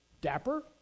dapper